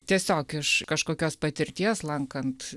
tiesiog iš kažkokios patirties lankant